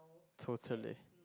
totally